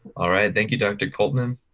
alright, thank you, dr. coltman.